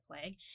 plague